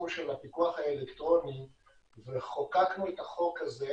הפיקוח האלקטרוני וחוקקנו את החוק הזה,